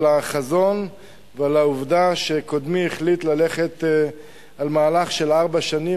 החזון ועל העובדה שקודמי החליט ללכת על מהלך של ארבע שנים,